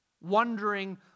Wondering